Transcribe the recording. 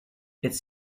its